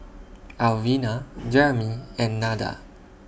Alvina Jeremie and Nada